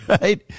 right